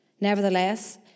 Nevertheless